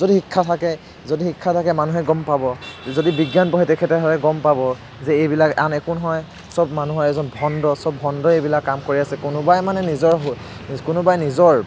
যদি শিক্ষা থাকে যদি শিক্ষা থাকে মানুহে গম পাব যদি বিজ্ঞান পঢ়ে তেখেতে হয় গম পাব যে এইবিলাক আন একো নহয় চব মানুহৰ এজন ভণ্ড চব ভণ্ড এইবিলাক কাম কৰি আছে কোনোবাই মানে নিজৰ কোনোবাই নিজৰ